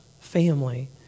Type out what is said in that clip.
family